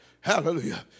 Hallelujah